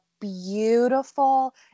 beautiful